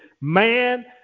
man